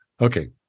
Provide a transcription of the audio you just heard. Okay